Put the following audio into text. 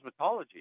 cosmetology